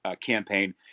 campaign